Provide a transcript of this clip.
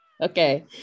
Okay